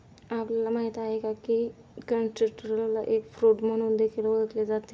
आपल्याला माहित आहे का? की कनिस्टेलला एग फ्रूट म्हणून देखील ओळखले जाते